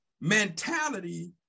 mentality